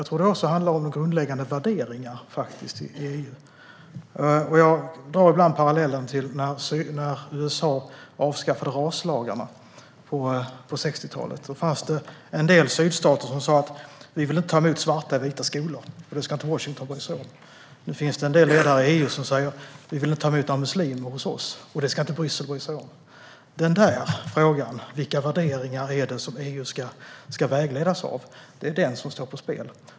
Det handlar också om grundläggande värderingar i EU. Jag drar ibland parallellen till när USA avskaffade raslagarna på 60-talet. Då fanns en del sydstater som inte ville ta emot svarta i vita skolor, och det skulle Washington inte bry sig om. Nu finns en del ledare i EU som säger att de inte vill ta emot muslimer, och det ska Bryssel inte bry sig om. Frågan om vilka värderingar som EU ska vägledas av står på spel.